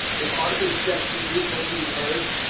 if arthur's death be dismal to be heard,